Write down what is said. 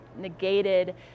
negated